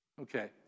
Okay